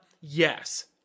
Yes